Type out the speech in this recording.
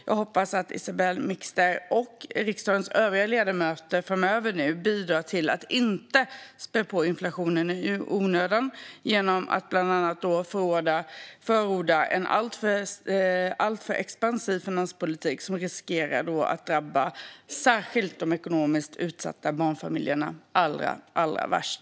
Jag hoppas att Isabell Mixter och riksdagens övriga ledamöter framöver bidrar till att inte spä på inflationen i onödan genom att bland annat förorda en alltför expansiv finanspolitik som riskerar att drabba ekonomiskt utsatta barnfamiljer allra värst.